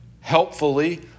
helpfully